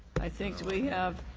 i think we have